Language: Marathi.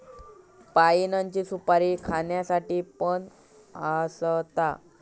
पाइनची सुपारी खाण्यासाठी पण असता